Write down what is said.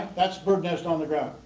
that's bird nest on the ground.